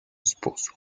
esposo